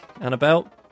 Annabelle